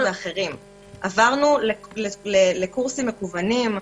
עברנו לקורסים מקוונים.